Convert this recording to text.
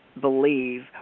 believe